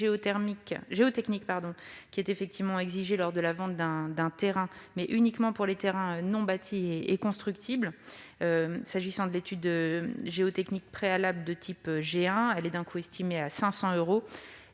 est effectivement exigée lors de la vente d'un terrain, mais uniquement pour les terrains non bâtis et constructibles. Il s'agit d'une étude géotechnique de type G1, dont le coût est estimé à 500 euros,